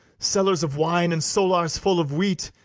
cellars of wine, and sollars full of wheat,